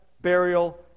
burial